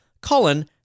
Colin